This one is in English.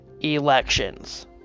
elections